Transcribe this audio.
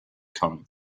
come